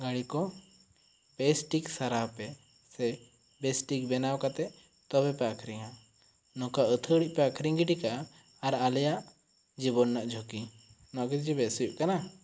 ᱜᱟᱹᱰᱤ ᱠᱚ ᱵᱮᱥ ᱴᱷᱤᱠ ᱥᱟᱨᱟᱣ ᱯᱮ ᱥᱮ ᱵᱮᱥ ᱴᱷᱤᱠ ᱵᱮᱱᱟᱣ ᱠᱟᱛᱮ ᱛᱚᱵᱮ ᱯᱮ ᱟᱠᱷᱨᱤᱧᱟ ᱱᱚᱝᱠᱟ ᱟᱹᱛᱷᱟᱹᱣᱲᱤ ᱯᱮ ᱟᱠᱷᱨᱤᱧ ᱜᱤᱰᱤ ᱠᱟᱜᱼᱟ ᱟᱨ ᱟᱞᱮᱭᱟᱜ ᱡᱤᱵᱚᱱ ᱨᱮᱱᱟᱜ ᱡᱷᱩᱠᱤ ᱱᱚᱣᱟ ᱠᱚ ᱫᱚ ᱪᱮᱫ ᱵᱮᱥ ᱦᱩᱭᱩᱜ ᱠᱟᱱᱟ